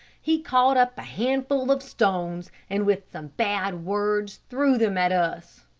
he caught up a handful of stones, and with some bad words threw them at us.